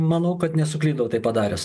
manau kad nesuklydau tai padaręs